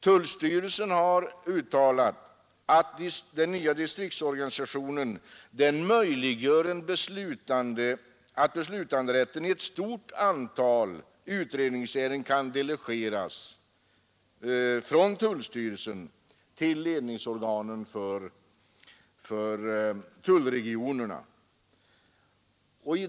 Tullstyrelsen har uttalat att den nya distriktsorganisationen möjliggör att beslutanderätten i ett stort antal utredningsärenden kan delegeras från tullstyrelsen till ledningsorganen för tullregionerna.